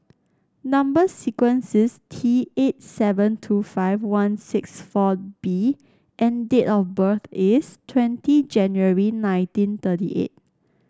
number sequence is T eight seven two five one six four B and date of birth is twenty January nineteen thirty eight